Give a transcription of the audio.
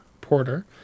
porter